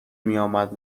میآمد